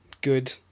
good